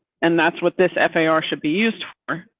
and that's what this fdr should be used for.